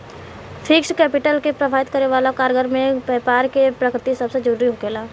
fixed capital के प्रभावित करे वाला कारकन में बैपार के प्रकृति सबसे जरूरी होखेला